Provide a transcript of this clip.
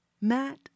Matt